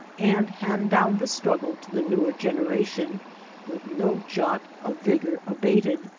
and hand down the struggle to the newer gen eration with no jot of vigor abated,